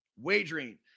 wagering